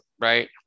right